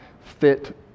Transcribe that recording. fit